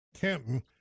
Canton